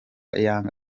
yanga